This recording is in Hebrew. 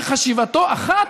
שחשיבתו אחת?